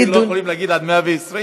אנחנו לא יכולים להגיד עד 120,